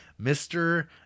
Mr